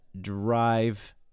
drive